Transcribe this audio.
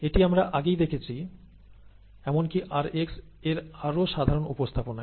এটি আমরা আগেই দেখেছি এমনকি rx এর আরও সাধারণ উপস্থাপনায়